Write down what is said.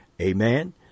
Amen